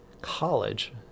college